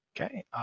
Okay